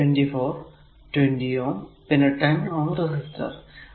അപ്പോൾ 24 Ω 20 Ω പിന്നെ 10 Ω റെസിസ്റ്റർ